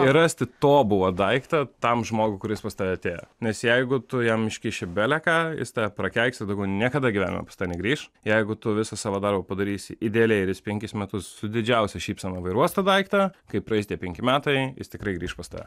ir rasti tobulą daiktą tam žmogui kuris pas tave atėjo nes jeigu tu jam iškiši bele ką jis tave prakeiks daugiau niekada gyvenime pas tave negrįš jeigu tu visą savo darbą padarysi idealiai ir jis penkis metus su didžiausia šypsena vairuos tą daiktą kai praeis tie penki metai jis tikrai grįš pas tave